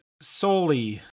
solely